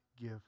give